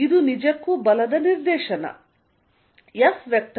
ಇದು ನಿಜಕ್ಕೂ ಬಲದ ನಿರ್ದೇಶನ